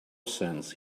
sense